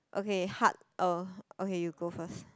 okay hard oh okay you go first